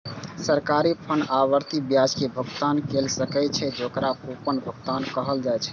सरकारी बांड आवर्ती ब्याज के भुगतान कैर सकै छै, जेकरा कूपन भुगतान कहल जाइ छै